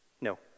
No